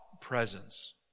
presence